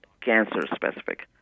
cancer-specific